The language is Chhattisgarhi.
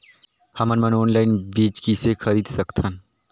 हमन मन ऑनलाइन बीज किसे खरीद सकथन?